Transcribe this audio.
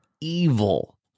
evil